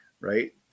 Right